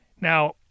Now